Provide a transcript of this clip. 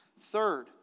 Third